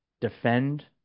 defend